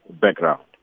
background